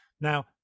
Now